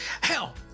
hell